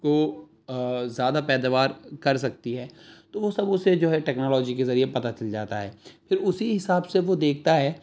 کو زیادہ پیداوار کر سکتی ہے تو وہ سب اسے جو ہے ٹیکنالوجی کے ذریعے پتہ چل جاتا ہے پھر اسی حساب سے وہ دیکھتا ہے